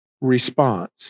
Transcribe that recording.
response